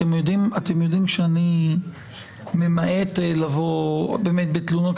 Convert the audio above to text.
אתם יודעים שאני ממעט לבוא בתלונות,